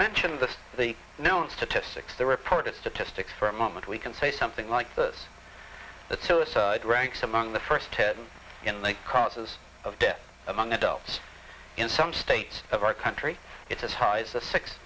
mention the the known statistics the reported statistics for a moment we can say something like this that suicide ranks among the first in the process of death among adults in some states of our country it's as high as the six